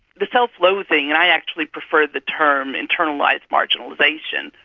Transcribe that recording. the self-loathing and i actually prefer the term internalised marginalisation,